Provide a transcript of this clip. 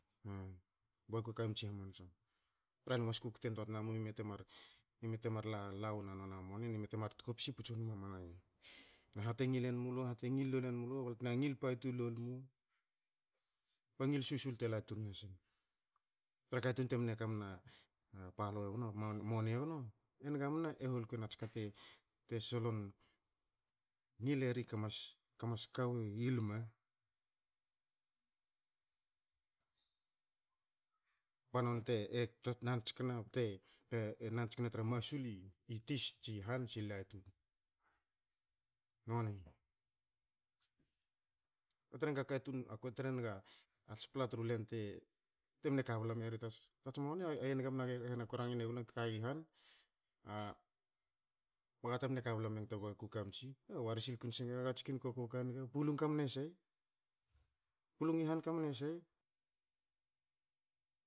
Baku e kamits hamasa. Ba lue mas kukten toa tnamu ime te mar lala wona moni na ime ta mar tkopsi puts won mamana yen, naha te ngil enmulu na ha te ngil lol en mulu balte na ngil patu lol mu, bu ngil susul ten la tun nasne. Para katun temne kamna palou egno, moni egno, e niga mna e hol ku erats kate solon ngil eri kamas kamas kawi lma, ba noni te nan tskne, te nan tskne tra masul ni tis, tsi han tsi latu, noni. A kue trenga katun, a kue tre nagats pla tru len temne kabla meri tats moni e nge mna ge e rhena ko rangine gulen ge kagi han ba gate mne kabla menga tu baku kamits, age wari sil ku nasenga ats kwin kokou pulung kamne sei. Pulung kamne sei, pulung i han kamne sei